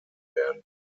werden